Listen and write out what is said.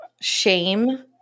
shame